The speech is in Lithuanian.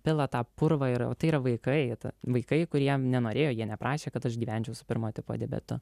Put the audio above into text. pila tą purvą ir ai yra vaikai vaikai kurie nenorėjo jie neprašė kad aš gyvenčiau su pirmo tipo diabetu